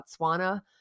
Botswana